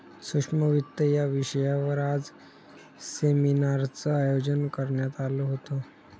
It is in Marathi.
सूक्ष्म वित्त या विषयावर आज सेमिनारचं आयोजन करण्यात आलं होतं